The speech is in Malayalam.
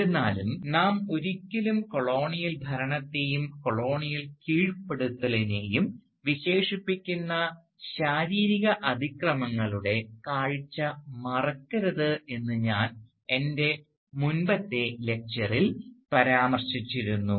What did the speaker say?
എന്നിരുന്നാലും നാം ഒരിക്കലും കൊളോണിയൽ ഭരണത്തെയും കൊളോണിയൽ കീഴ്പ്പെടുത്തലിനെയും വിശേഷിപ്പിക്കുന്ന ശാരീരിക അതിക്രമങ്ങളുടെ കാഴ്ച മറക്കരുത് എന്ന് ഞാൻ എൻറെ മുമ്പത്തെ ഒരു പ്രഭാഷണത്തിൽ പരാമർശിച്ചിരുന്നു